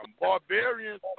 Barbarians